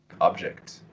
object